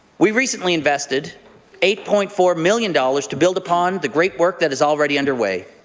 we recently invested eight point four million dollars to build upon the great work that is already underway.